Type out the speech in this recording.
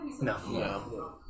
No